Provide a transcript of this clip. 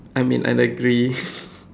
I mean exactly